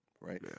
right